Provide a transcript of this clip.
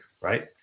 right